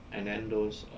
and then those uh